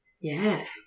yes